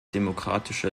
demokratische